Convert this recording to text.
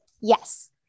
yes